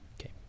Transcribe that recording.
Okay